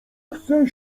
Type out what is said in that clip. chce